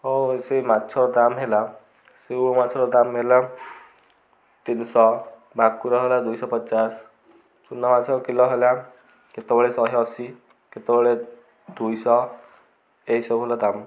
ହ ସେ ମାଛ ଦାମ ହେଲା ସେଉଳ ମାଛର ଦାମ ହେଲା ତିନିଶହ ଭାକୁର ହେଲା ଦୁଇଶହ ପଚାଶ ଚୂନ ମାଛ କିଲ ହେଲା କେତେବେଳେ ଶହେ ଅଶୀ କେତେବେଳେ ଦୁଇଶହ ଏହିସବୁ ହେଲା ଦାମ